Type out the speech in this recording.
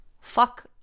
fuck